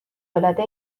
العاده